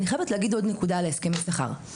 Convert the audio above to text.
אני חייבת להגיד עוד נקודה על הסכם השכר.